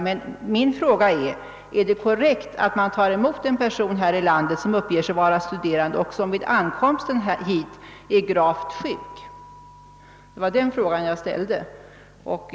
Den fråga jag ställde var: Är det korrekt att vi tar emot en person här i landet som uppger sig vara studerande men som vid ankomsten hit är gravt sjuk?